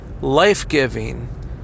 life-giving